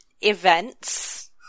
events